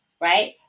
right